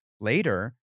later